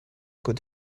could